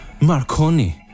Marconi